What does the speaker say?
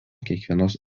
kiekvienos